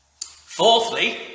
Fourthly